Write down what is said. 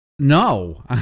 No